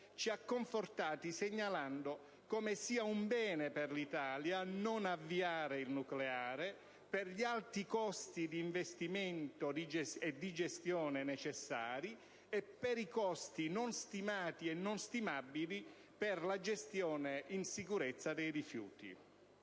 ci ha confortato segnalando come sia un bene per l'Italia non avviare il nucleare per gli alti costi di investimento e di gestione necessari e per i costi non stimati e non stimabili per la gestione in sicurezza dei rifiuti.